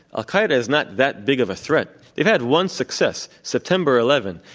al-qaeda is not that big of a threat. they've had one success, september eleven,